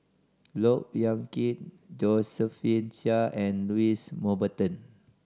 Look Yan Kit Josephine Chia and Louis Mountbatten